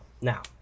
now